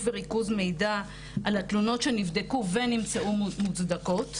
וריכוז מידע על התלונות שנבדקו ונמצאו מוצדקות.